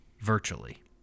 virtually